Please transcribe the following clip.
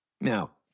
Now